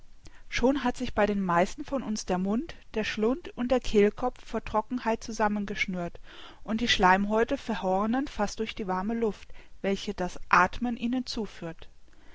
schon hat sich bei den meisten von uns der mund der schlund und der kehlkopf vor trockenheit zusammengeschnürt und die schleimhäute verhornen fast durch die warme luft welche das athmen ihnen zuführt